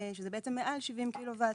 שזה בעצם מעל 70 קילו-וואט,